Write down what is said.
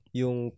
yung